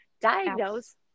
diagnose